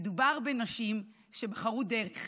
מדובר בנשים שבחרו דרך.